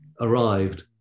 arrived